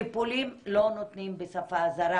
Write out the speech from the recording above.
טיפולים לא נותנים בשפה זרה